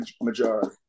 majority